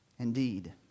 Indeed